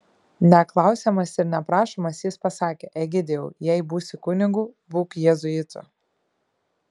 neklausiamas ir neprašomas jis pasakė egidijau jei būsi kunigu būk jėzuitu